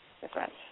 difference